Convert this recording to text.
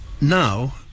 now